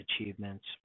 achievements